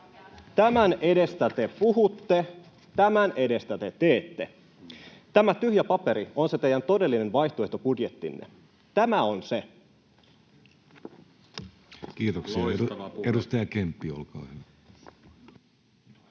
tämän edestä te teette. [Puhuja heiluttaa valkoista paperia] Tämä tyhjä paperi on se teidän todellinen vaihtoehtobudjettinne, tämä on se. Kiitoksia. — Edustaja Kemppi, olkaa hyvä. Arvoisa